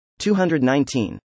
219